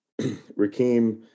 Rakim